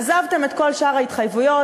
עזבתם את כל שאר ההתחייבויות.